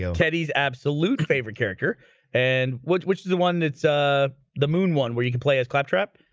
teddy's absolute favorite character and which which is the one that's ah the moon one where you can play as claptrap?